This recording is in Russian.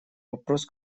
вопрос